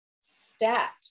stat